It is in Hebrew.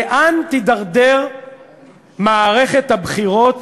לאן תידרדר מערכת הבחירות